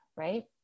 right